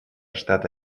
штата